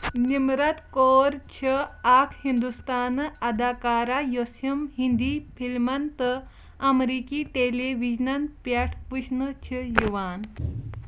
نِمرت کور چھِ اَکھ ہِنٛدوستٲنہ اداکارہ یۄسہم ہِنٛدی فِلمن تہٕ امریٖکی ٹیٚلی ویجنن پیٚٹھ وٕچھنہٕ چھِ یِوان